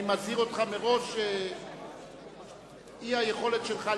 אני מזהיר אותך מראש שאי-היכולת שלך